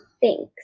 thanks